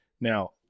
Now